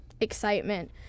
Excitement